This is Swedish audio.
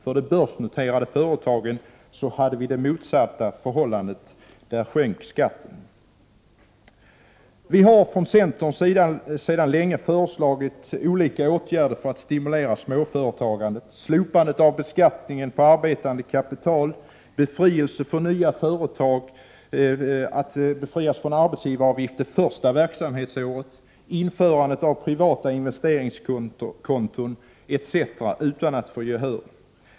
För de börsnoterade företagen var förhållandet det motsatta, för dem sjönk skatten. Vi har från centerns sida sedan länge föreslagit olika åtgärder för att stimulera småföretagandet — slopande av beskattningen på arbetande kapital, befrielse för nya företag från arbetsgivaravgifter det första verksamhetsåret, införande av privata investeringskonton etc. — utan att få gehör för detta.